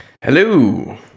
Hello